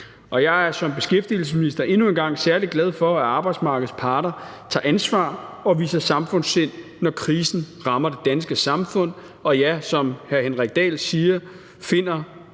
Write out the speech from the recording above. Jeg er som beskæftigelsesminister endnu engang særlig glad for, at arbejdsmarkedets parter tager ansvar og viser samfundssind, når krisen rammer det danske samfund, og, som hr. Henrik Dahl siger, finder